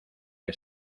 que